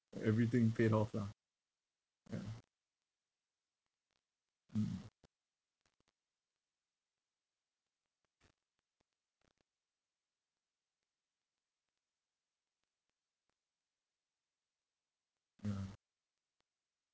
everything paid off lah ya mm ya